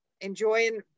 enjoying